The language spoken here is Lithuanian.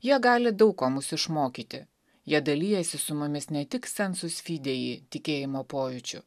jie gali daug ko mus išmokyti jie dalijasi su mumis ne tik san susvidėji tikėjimo pojūčiu